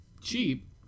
cheap